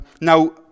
now